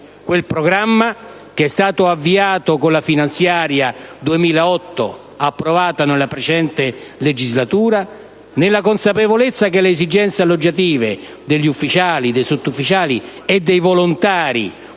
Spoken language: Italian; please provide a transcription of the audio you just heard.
quel programma che è stato avviato con la finanziaria 2008, approvata nella precedente legislatura, nella consapevolezza che le esigenze alloggiative degli ufficiali, dei sottufficiali e dei volontari destinati